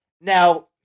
Now